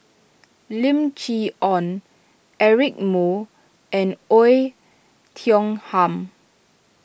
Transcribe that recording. Lim Chee Onn Eric Moo and Oei Tiong Ham